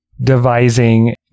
devising